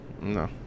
No